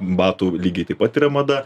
batų lygiai taip pat yra mada